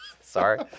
Sorry